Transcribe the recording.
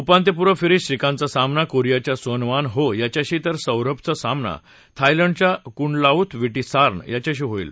उपांत्यपूर्वफेरीत श्रीकांतचा सामना कोरियाच्या सोन वान हो याच्याशी तर सौरभचा सामना थायलंडच्या क्णलाऊथ विटीसार्न याच्याशी होईल